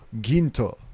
Ginto